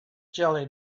jelly